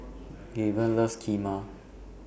Gaven loves Kheema